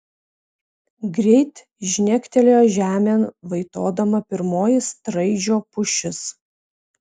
greit žnegtelėjo žemėn vaitodama pirmoji straižio pušis